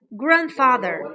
grandfather